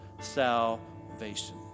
salvation